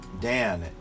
Dan